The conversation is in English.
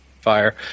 fire